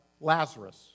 Lazarus